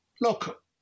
look